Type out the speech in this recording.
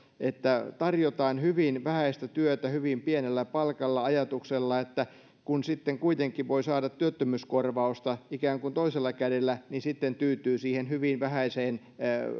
että tarjotaan hyvin vähäistä työtä hyvin pienellä palkalla ajatuksella että kun kuitenkin voi saada työttömyyskorvausta ikään kuin toisella kädellä niin sitten tyytyy siihen hyvin vähäiseen